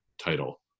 title